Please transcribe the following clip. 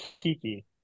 Kiki